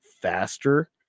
faster